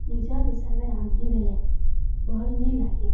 ନିଜର ହିସାବରେ ରାନ୍ଧି ବେଲେ ଭଲ୍ ବି ଲାଗେ